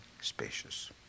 spacious